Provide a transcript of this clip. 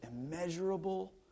immeasurable